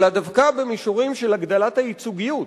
אלא דווקא במישורים של הגדלת הייצוגיות,